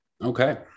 Okay